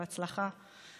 בהצלחה.